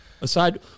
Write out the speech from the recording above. Aside